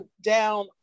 down